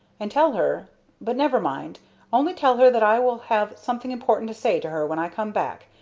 and tell her but never mind only tell her that i will have something important to say to her when i come back.